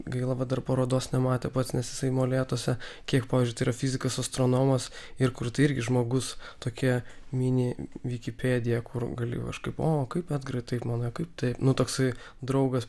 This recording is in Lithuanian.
gaila vat dar parodos nematė pats nes jisai molėtuose kiek pavyzdžiui tao yra fizikas astronomas ir kur tai irgi žmogus tokia mini vikipedija kur galiu aš kaip o kaip edgarai taip manai nu toksai draugas